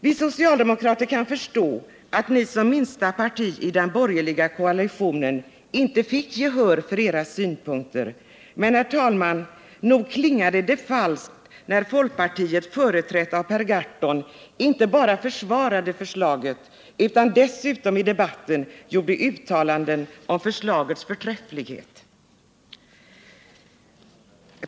Vi socialdemokrater kan förstå att folkpartiet som minsta parti i den borgerliga koalitionen inte fick gehör för sina synpunkter. Men, herr talman, nog klingade det falskt när folkpartiet, företrätt av Per Gahrton, inte bara försvarade förslaget utan dessutom i debatten gjorde uttalanden om förslagets förträfflighet.